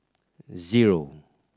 zero